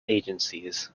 agencies